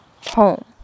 home